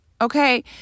okay